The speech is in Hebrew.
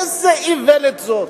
איזו איוולת זו.